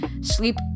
sleep